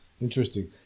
interesting